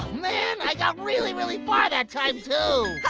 man. i got really, really far that time, too.